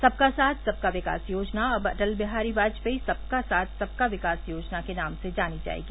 सबका साथ सबका विकास योजना अब अटल बिहारी बाजपेयी सबका साथ सबका विकास योजना के नाम से जानी जायेगी